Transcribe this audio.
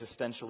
existentially